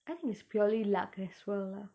I think it's purely luck as well lah